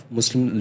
Muslim